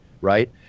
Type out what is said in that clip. right